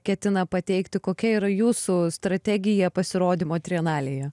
ketina pateikti kokia yra jūsų strategija pasirodymo trienalėje